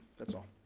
that's all.